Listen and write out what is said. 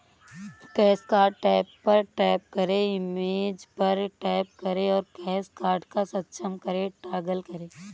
cash card tab पर tap करें, image पर टैप करें और कैश कार्ड को सक्षम करें टॉगल करें